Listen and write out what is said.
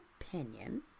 opinion